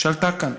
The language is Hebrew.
שלטה כאן.